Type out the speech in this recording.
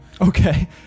Okay